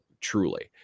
truly